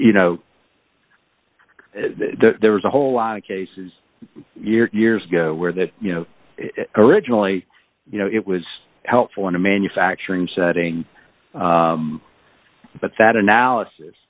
you know there was a whole lot of cases years ago where that you know originally you know it was helpful in a manufacturing setting but that analysis